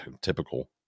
typical